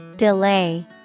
Delay